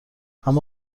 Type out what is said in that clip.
اما